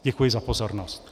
Děkuji za pozornost.